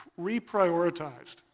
reprioritized